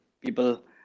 people